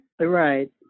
Right